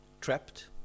trapped